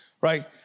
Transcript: right